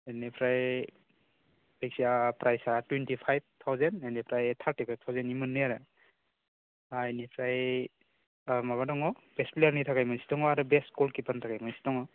इनिफ्राय जायखिया प्राइसा टुइनटि फाइभ थावसेन्ड एनिफ्राय थारटिफाइभ थावसेन्डनि मोननै आरो आरो इनिफ्राय ओ माबा दङ बेस्ट प्लेयारनि थाखाय मोनसे दङ आरो बेस्ट गल किपारनि थाखाय मोनसे दङ